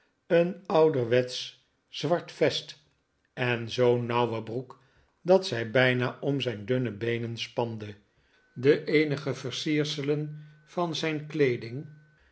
een ouderwetsch zwart vest en zoo'n nauwe broek dat zij bijna om zijn dunne beenen spande de eenige versierselen van zijn kleeding